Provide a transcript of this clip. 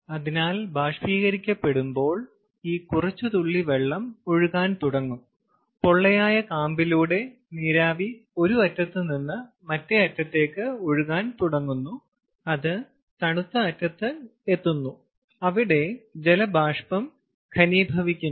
അതിനാൽ ബാഷ്പീകരിക്കപ്പെടുമ്പോൾ ഈ കുറച്ച് തുള്ളി വെള്ളം ഒഴുകാൻ തുടങ്ങും പൊള്ളയായ കാമ്പിലൂടെ നീരാവി ഒരു അറ്റത്ത് നിന്ന് മറ്റേ അറ്റത്തേക്ക് ഒഴുകാൻ തുടങ്ങുന്നു അത് തണുത്ത അറ്റത്ത് എത്തുന്നു അവിടെ ജലബാഷ്പം ഘനീഭവിക്കുന്നു